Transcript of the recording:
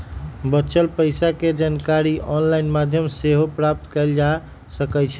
बच्चल पइसा के जानकारी ऑनलाइन माध्यमों से सेहो प्राप्त कएल जा सकैछइ